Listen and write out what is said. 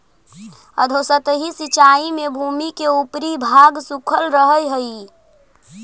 अधोसतही सिंचाई में भूमि के ऊपरी भाग सूखल रहऽ हइ